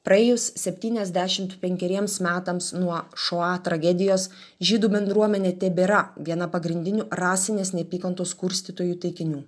praėjus septyniasdešimt penkeriems metams nuo šoa tragedijos žydų bendruomenė tebėra viena pagrindinių rasinės neapykantos kurstytojų taikinių